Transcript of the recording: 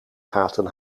gaten